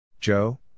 Joe